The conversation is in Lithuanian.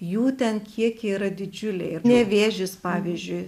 jų ten kiekiai yra didžiuliai ir nevėžis pavyzdžiui